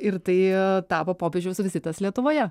ir tai tapo popiežiaus vizitas lietuvoje